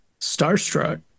starstruck